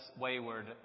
wayward